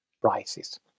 prices